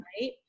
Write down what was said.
Right